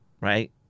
right